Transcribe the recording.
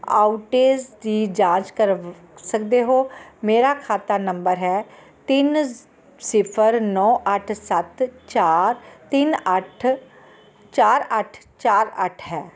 outage ਦੀ ਜਾਂਚ ਕਰ ਸਕਦੇ ਹੋ ਮੇਰਾ ਖਾਤਾ ਨੰਬਰ ਹੈ ਤਿੰਨ ਸਿਫ਼ਰ ਨੌਂ ਅੱਠ ਸੱਤ ਚਾਰ ਤਿੰਨ ਅੱਠ ਚਾਰ ਅੱਠ ਚਾਰ ਅੱਠ ਹੈ